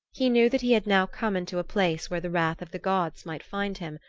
he knew that he had now come into a place where the wrath of the gods might find him,